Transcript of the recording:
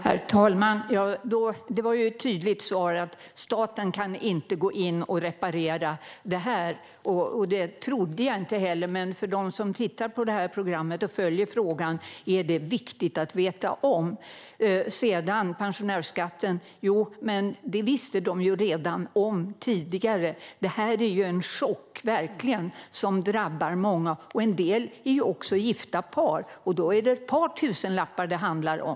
Herr talman! Det var ju ett tydligt svar: Staten kan inte gå in och reparera det här. Det trodde jag inte heller, men för dem som tittar på det här och följer frågan är det viktigt att veta om. Pensionärsskatten visste de ju om redan tidigare. Det här är en chock som drabbar många. En del är också gifta par, och då är det ett par tusenlappar det handlar om.